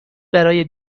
برای